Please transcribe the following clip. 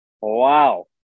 wow